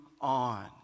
on